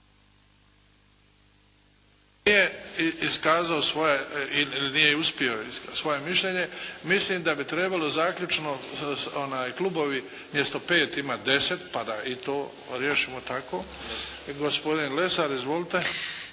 nije iskazao svoje ili nije uspio svoje mišljenje, mislim da bi trebalo zaključno klubovi umjesto pet imati deset, pa da i to riješimo tako. Gospodin Lesar. Izvolite.